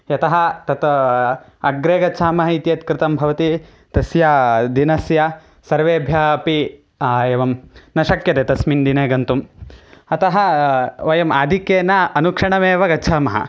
यतः तत् अग्रे गच्छामः इति यत् कृतं भवति तस्य दिनस्य सर्वेभ्यः अपि एवं न शक्यते तस्मिन् दिने गन्तुं अतः वयम् आधिक्येन अनुक्षणमेव गच्छामः